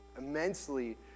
immensely